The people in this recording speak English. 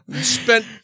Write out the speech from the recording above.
Spent